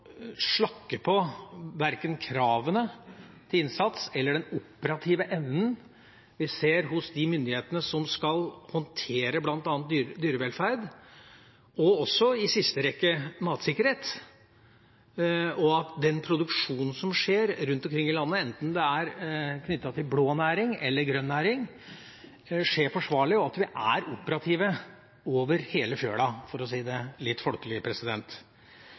slakke på verken kravene til innsats eller den operative evnen som vi ser hos de myndighetene som skal håndtere bl.a. dyrevelferd – og i siste rekke også matsikkerheten – og at den produksjonen som skjer rundt omkring i landet, enten den er knyttet til blå næring eller grønn næring, skjer forsvarlig, og at vi er operative over hele fjøla, for å si det litt folkelig.